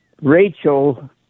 Rachel